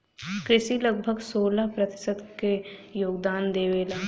कृषि लगभग सोलह प्रतिशत क योगदान देवेला